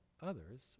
others